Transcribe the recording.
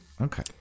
Okay